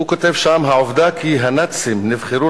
הוא כותב שם: "העובדה כי הנאצים נבחרו